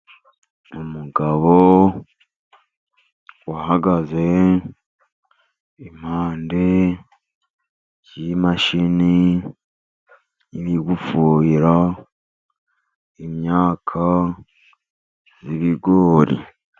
Umugabo uhagaze impande y'imashini, iri gufuhira imyaka y'ibigori.